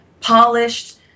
polished